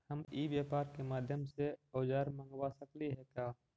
हम ई व्यापार के माध्यम से औजर मँगवा सकली हे का?